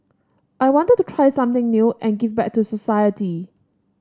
I wanted to try something new and give back to society